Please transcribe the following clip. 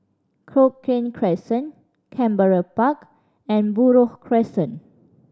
Cochrane Crescent Canberra Park and Buroh Crescent